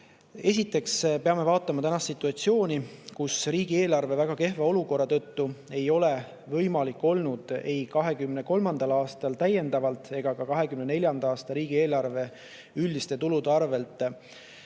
Esiteks peame vaatama tänast situatsiooni. Riigieelarve väga kehva olukorra tõttu ei ole võimalik ei 2023. aastal täiendavalt ega ka 2024. aasta riigieelarve üldiste tulude arvel